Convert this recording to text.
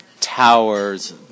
towers